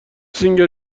سینگر